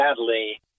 sadly